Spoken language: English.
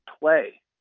play